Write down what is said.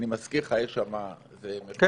אני מזכיר לך, שם זה מחוקק.